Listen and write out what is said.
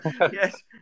Yes